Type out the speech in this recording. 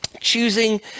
Choosing